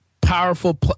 powerful